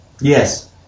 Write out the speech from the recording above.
Yes